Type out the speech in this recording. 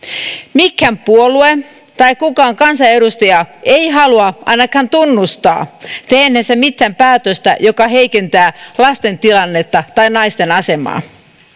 mikään puolue tai kukaan kansanedustaja ei halua ainakaan tunnustaa tehneensä mitään päätöstä joka heikentää lasten tilannetta tai naisten asemaa